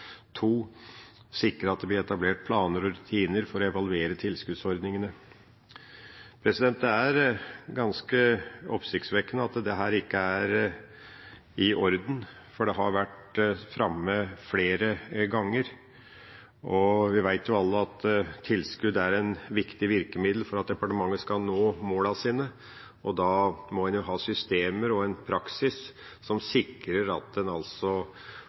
sikre at det blir etablert planer og rutiner for å evaluere tilskuddsordningene Det er ganske oppsiktsvekkende at dette ikke er i orden, for det har vært framme flere ganger. Vi vet jo alle at tilskudd er et viktig virkemiddel for at departementet skal nå målene sine, og da må en ha systemer og en praksis som sikrer at en